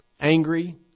Angry